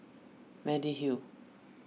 Mediheal